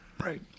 Right